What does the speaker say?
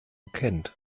kennt